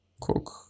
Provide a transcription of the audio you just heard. Cook